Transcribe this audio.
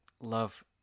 love